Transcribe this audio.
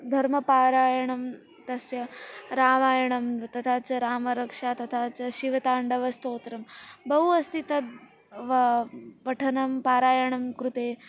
धर्मपारायणं तस्य रामायणं तथा च रामरक्षा तथा च शिवताण्डवस्तोत्रं बहु अस्ति तद् पठनं पारायणं कृते